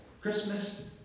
Christmas